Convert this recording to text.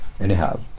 anyhow